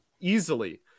easily